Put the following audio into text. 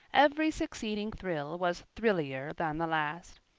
every succeeding thrill was thrillier than the last.